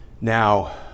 Now